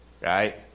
right